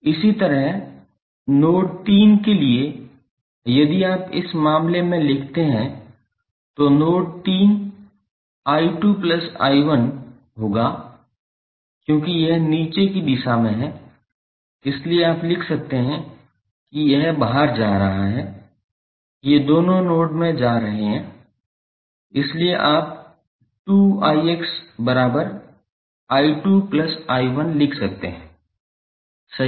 इसी तरह नोड 3 के लिए यदि आप इस मामले में लिखते हैं तो नोड 3 𝐼2𝐼1 प्लस होगा क्योंकि यह नीचे की दिशा में है इसलिए आप लिख सकते हैं कि यह बाहर जा रहा है ये दोनों नोड में जा रहे हैं इसलिए आप 2𝑖𝑥𝐼2𝐼1 लिख सकते हैं सही है